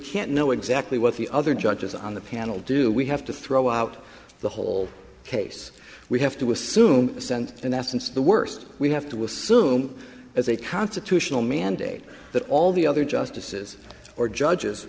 can't know exactly what the other judges on the panel do we have to throw out the whole case we have to assume assent in essence the worst we have to assume as a constitutional mandate that all the other justices or judges